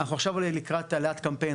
אנחנו עכשיו לקראת העלאת קמפיין,